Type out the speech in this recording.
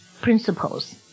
principles